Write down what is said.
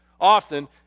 Often